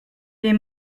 les